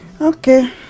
Okay